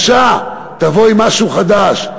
בבקשה, תבוא עם משהו חדש.